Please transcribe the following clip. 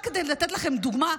רק כדי לתת לכם דוגמה,